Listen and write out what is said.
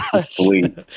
Sweet